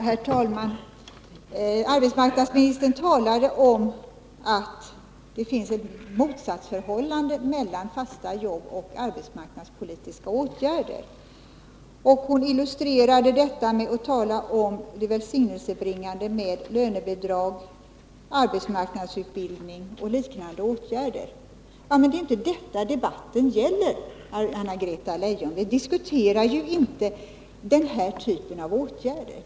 Herr talman! Arbetsmarknadsministern sade att det finns ett motsatsförhållande mellan fasta jobb och arbetsmarknadspolitiska åtgärder. Hon illustrerade detta genom att tala om det välsignelsebringande med lönebidrag, arbetsmarknadsutbildning och liknande åtgärder. Ja, men det är ju inte detta debatten gäller, Anna-Greta Leijon. Vi diskuterar ju inte den här typen av åtgärder.